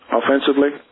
offensively